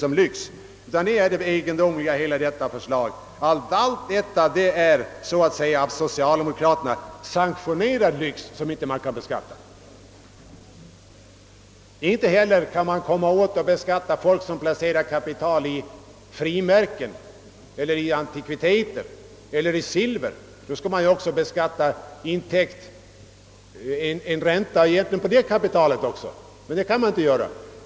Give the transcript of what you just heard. Ett sådant villaägande synes vara en av socialdemokraterna så att säga sanktionerad lyx. Det tas inte heller ut skatt av människor som placerat kapital i frimärken, antikviteter eller silver. I konsekvens med förslaget borde man egentligen beskatta en beräknad ränta även på sådant kapital. Det anser man sig inte kunna göra.